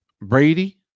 Brady